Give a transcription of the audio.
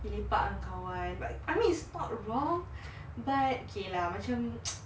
we lepak dengan kawan but I mean it's not wrong but okay lah macam